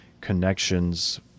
connections